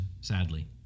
sadly